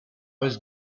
was